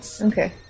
okay